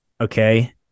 okay